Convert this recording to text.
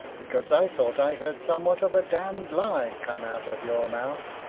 because i thought i heard somewhat of a damn'd lye come out of your mouth.